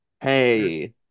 Hey